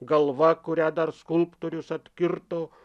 galva kurią dar skulptorius atkirto